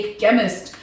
chemist